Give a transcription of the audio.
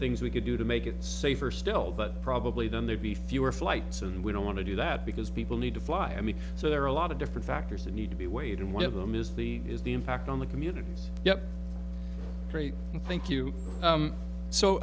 things we could do to make it safer still but probably then there'd be fewer flights and we don't want to do that because people need to fly i mean so there are a lot of different factors that need to be weighed and one of them is the is the impact on the communities and thank you